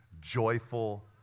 joyful